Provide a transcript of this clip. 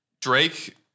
Drake